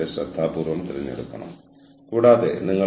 ദീർഘകാലത്തേക്ക് അതുമായി സ്ഥിരത പുലർത്തുന്നതിനപ്പുറം അത് നിലനിർത്തണോ